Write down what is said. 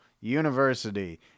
university